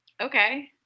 Okay